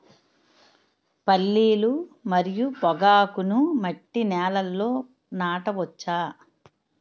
పల్లీలు మరియు పొగాకును మట్టి నేలల్లో నాట వచ్చా?